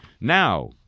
Now